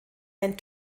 ein